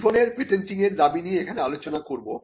টেলিফোনের পেটেন্টিংয়ের দাবি নিয়ে এখানে আলোচনা করব